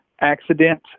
accident